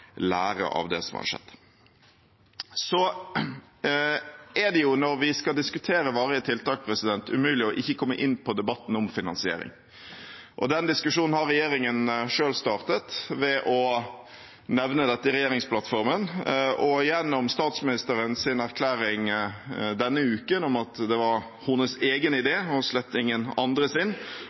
lære av det som har skjedd. Når vi skal diskutere varige tiltak, er det umulig å ikke komme inn på debatten om finansiering. Den diskusjonen har regjeringen selv startet ved å nevne dette i regjeringsplattformen og gjennom statsministerens erklæring denne uken om at det var hennes egen idé, slett ingen